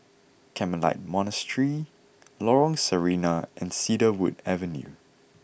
Carmelite Monastery Lorong Sarina and Cedarwood Avenue